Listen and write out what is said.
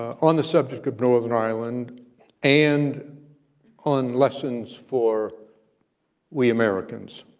on the subject of northern ireland and on lessons for we americans.